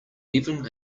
even